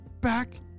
back